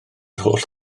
holl